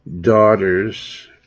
daughters